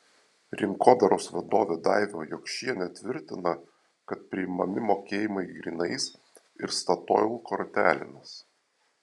rinkodaros vadovė daiva jokšienė tvirtina kad priimami mokėjimai grynais ir statoil kortelėmis